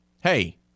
Hey